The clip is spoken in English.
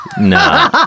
No